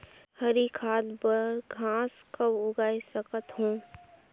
हरी खाद बर घास कब उगाय सकत हो?